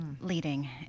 leading